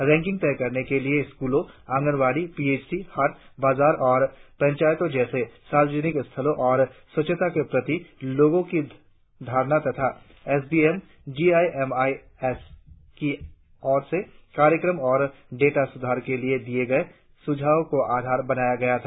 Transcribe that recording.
ranking तय करने के लिए स्कूलों आगंनवाड़ी पीएचसीहाटबाजार और पंचायतों जैसे सार्वजनिक स्थलों और स्वच्छता के प्रति लोगों की धारणा तथा S B M G I M I S की ओर से कार्यक्रम और डेटा सुधार के लिए दिए गए सुझावों को आधार बनाया गया था